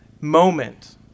moment